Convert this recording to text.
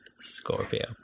Scorpio